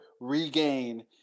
regain